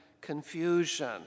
confusion